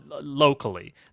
locally